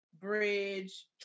bridge